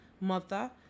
mother